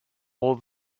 all